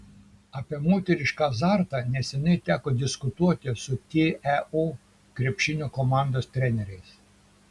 apie moterišką azartą neseniai teko diskutuoti su teo krepšinio komandos treneriais